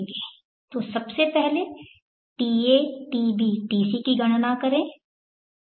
तो सबसे पहले ta tb tc की गणना करें